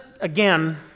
again